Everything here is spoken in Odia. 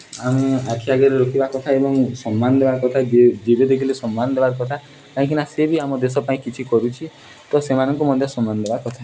ଆମେ ଆଖି ଆଗରେ ରଖିବା କଥା ଏବଂ ସମ୍ମାନ ଦେବା କଥା ଯେବେ ଯେବେ ଦେଖିଲେ ସମ୍ମାନ ଦେବା କଥା କାହିଁକିନା ସେ ବି ଆମ ଦେଶ ପାଇଁ କିଛି କରୁଛି ତ ସେମାନଙ୍କୁ ମଧ୍ୟ ସମ୍ମାନ ଦେବା କଥା